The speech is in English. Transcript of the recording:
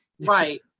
right